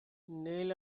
neil